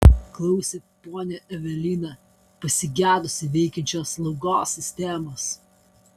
klausė ponia evelina pasigedusi veikiančios slaugos sistemos